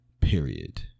Period